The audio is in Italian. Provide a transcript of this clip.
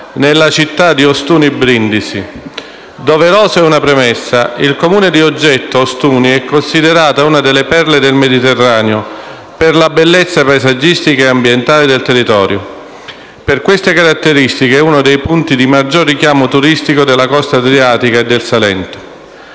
8 marzo 2016 E[]doverosa una premessa: il Comune in oggetto, Ostuni, e considerato una delle perle del Mediterraneo, per le bellezze paesaggistiche e ambientali del territorio. Per queste caratteristiche, euno dei punti di maggior richiamo turistico della costa adriatica e del Salento.